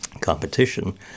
competition